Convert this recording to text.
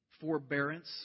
forbearance